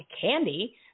candy –